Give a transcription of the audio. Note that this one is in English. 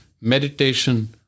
meditation